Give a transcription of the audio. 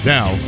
Now